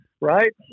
right